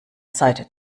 seite